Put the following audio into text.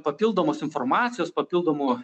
papildomos informacijos papildomų